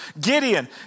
Gideon